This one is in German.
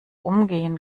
umgehen